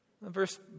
Verse